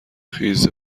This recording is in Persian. خیز